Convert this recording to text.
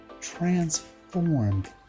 transformed